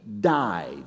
died